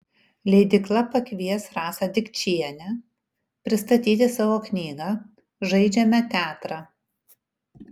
leidykla pakvies rasą dikčienę pristatyti savo knygą žaidžiame teatrą